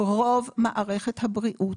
רוב מערכת הבריאות,